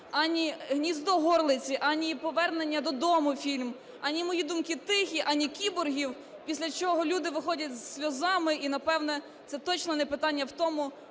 ані "Гніздо горлиці", ані повернення... "Додому" фільм, ані "Мої думки тихі", ані "Кіборги", після чого люди виходять з сльозами і, напевно, це точно не питання в тому...